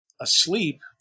asleep